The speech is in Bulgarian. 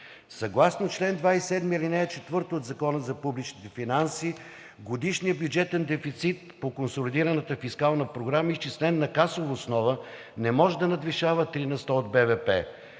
Съгласно чл. 27, ал. 4 от Закона за публичните финанси годишният бюджетен дефицит по консолидираната фискална програма, изчислен на касова основа, не може да надвишава 3% от